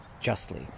justly